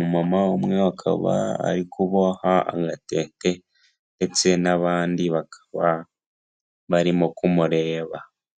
umumama umwe akaba ari kuboha agatete ndetse n'abandi bakaba barimo kumureba.